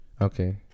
Okay